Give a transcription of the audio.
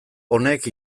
honek